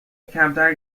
کمتر